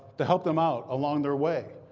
to help them out along their way.